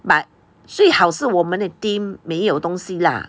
but 最好是我们的 team 没有东西 lah